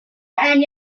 and